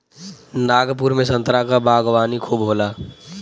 नागपुर में संतरा क बागवानी खूब होला